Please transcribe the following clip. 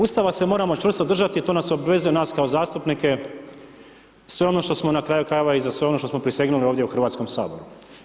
Ustava se moramo čvrsto držati, to nas obvezuje, nas kao zastupnike, sve ono što smo na kraju krajeva i za sve ono što smo prisegnuli ovdje u Hrvatskom saboru.